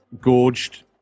Gorged